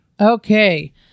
Okay